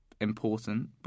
important